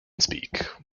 speak